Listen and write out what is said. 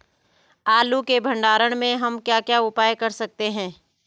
आलू के भंडारण में हम क्या क्या उपाय कर सकते हैं?